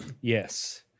Yes